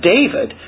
David